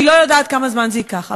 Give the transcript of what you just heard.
אני לא יודעת כמה זמן זה ייקח,